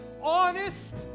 honest